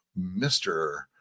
mr